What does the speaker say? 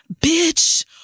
bitch